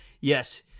yes